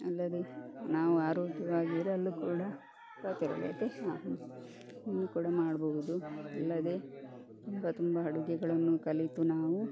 ಅಲ್ಲದೆ ನಾವು ಆರೋಗ್ಯವಾಗಿರಲು ಕೂಡ ಕೂಡ ಮಾಡಬಹುದು ಅಲ್ಲದೇ ತುಂಬ ತುಂಬ ಅಡುಗೆಗಳನ್ನು ಕಲಿತು ನಾವು